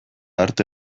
arte